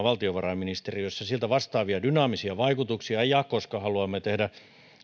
valtiovarainministeriössä sieltä vastaavia dynaamisia vaikutuksia ja koska haluamme tehdä